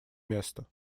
место